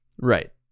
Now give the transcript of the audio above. Right